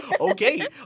Okay